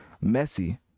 messy